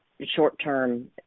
short-term